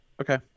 Okay